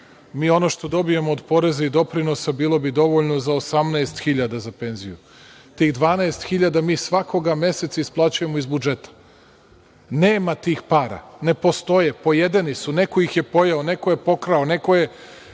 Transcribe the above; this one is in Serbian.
Mi ono što dobijemo od poreza i doprinosa bilo bi dovoljno za 18.000 dinara za penziju. Tih 12.000 mi svakoga meseca isplaćujemo iz budžeta. Nema tih para, ne postoje, pojedene su, neko ih je pojeo, neko je pokrao, neko je